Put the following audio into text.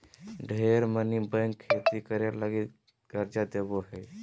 ढेर मनी बैंक खेती करे लगी कर्ज देवो हय